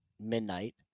midnight